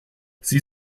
sie